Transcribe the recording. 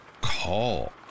call